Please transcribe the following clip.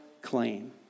claim